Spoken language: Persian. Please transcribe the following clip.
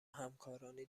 همکارانی